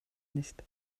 nicht